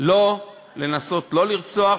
לא לרצוח,